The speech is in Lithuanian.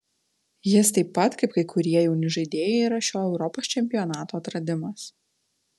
jis taip pat kaip kai kurie jauni žaidėjai yra šio europos čempionato atradimas